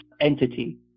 entity